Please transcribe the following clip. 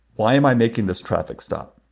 why am i making this traffic stop?